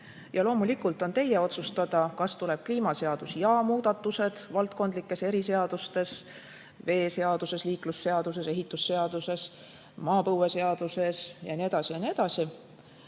Loomulikult on teie otsustada, kas tuleb kliimaseadus ja muudatused valdkondlikes eriseadustes – veeseaduses, liiklusseaduses, ehitusseaduses, maapõueseaduses ja nii edasi, ja nii edasi